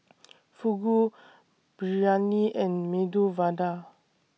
Fugu Biryani and Medu Vada